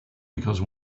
because